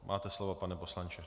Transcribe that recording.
Máte slovo, pane poslanče.